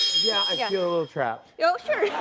yeah, i yeah feel a little trapped. oh, sure.